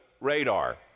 radar